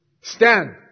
stand